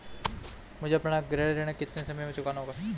मुझे अपना गृह ऋण कितने समय में चुकाना होगा?